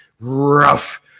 rough